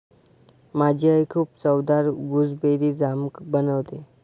माझी आई खूप चवदार गुसबेरी जाम बनवते